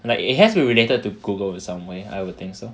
like it has to be related to Google in some way I would think so